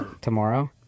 tomorrow